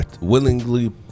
willingly